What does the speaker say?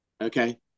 okay